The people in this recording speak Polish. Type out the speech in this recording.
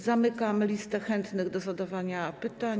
Zamykam listę chętnych do zadawania pytań.